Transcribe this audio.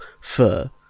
fur